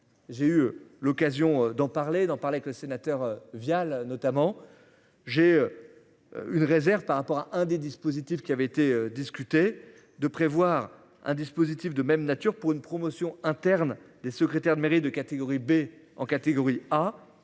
J'ai eu l'occasion d'en parler, d'en parler que le sénateur Vial notamment j'ai. Une réserve par rapport à un des dispositifs qui avait été discuté de prévoir un dispositif de même nature pour une promotion interne des secrétaires de mairie de catégorie B en catégorie A